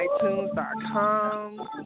iTunes.com